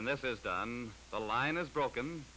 and this is done the line is broken